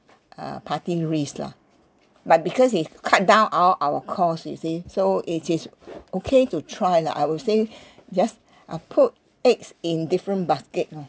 uh party risk lah but because it's cut down all our cost you see so it is okay to try lah I would say just uh have put eggs in different basket lor